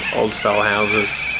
old-style houses